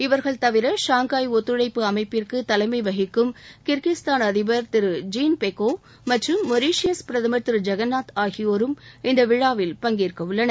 இவர்கள் தவிர ஷாங்காய் ஒத்துழைப்பு அமைப்பிற்கு தலைமை வகிக்கும் கிர்கிஸ்தான் அதிபர் ஜீன் பெகோவ் மற்றும் மொரீஷியஸ் பிரதமா் திரு ஜெகன்நாத் ஆகியோரும் இந்த விழாவில் பங்கேற்க உள்ளனர்